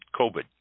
COVID